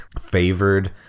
favored